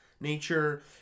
nature